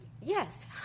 yes